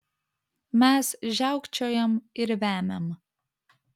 mes žiaukčiojam ir vemiam